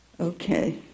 Okay